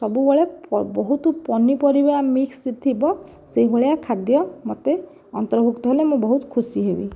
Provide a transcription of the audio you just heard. ସବୁବେଳେ ବହୁତ ପନିପରିବା ମିକ୍ସ ଥିବ ସେହିଭଳିଆ ଖାଦ୍ୟ ମୋତେ ଅନ୍ତର୍ଭୁକ୍ତ ହେଲେ ମୁଁ ବହୁତ ଖୁସି ହେବି